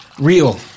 Real